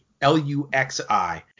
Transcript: L-U-X-I